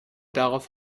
darauf